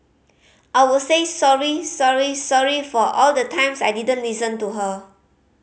I would say sorry sorry sorry for all the times I didn't listen to her